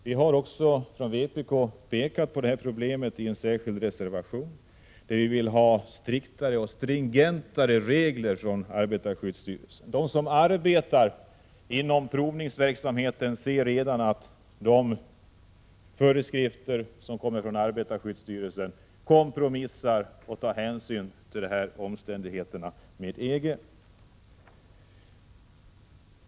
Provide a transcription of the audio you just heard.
Vi har från vpk uppmärksammat detta problem i en särskild reservation där vi vill ha striktare och mera stringenta regler från arbetarskyddsstyrelsen. De som arbetar inom provningsverksamheten ser redan att de föreskrifter som kommer från arbetarskyddsstyrelsen kompromissar och tar hänsyn till de nämnda omständigheterna med EG.